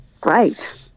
Great